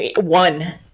One